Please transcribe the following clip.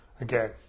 Again